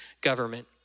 government